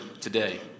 today